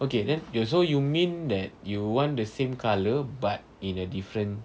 okay then so you mean that you want the same colour but in a different